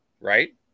Right